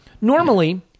normally